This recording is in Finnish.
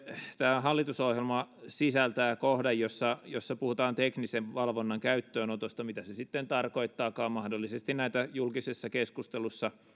tämä hallitusohjelma sisältää kohdan jossa jossa puhutaan teknisen valvonnan käyttöönotosta mitä se sitten tarkoittaakaan mahdollisesti näitä julkisessa keskustelussa